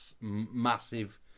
massive